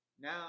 Now